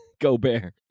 Gobert